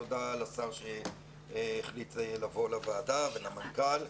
תודה לשר שהחליט לבוא לוועדה ותודה למנכ"ל.